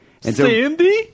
Sandy